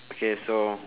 okay so